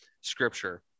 scripture